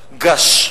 גש,